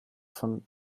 von